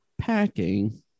Packing